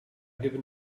given